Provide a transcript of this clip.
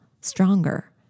stronger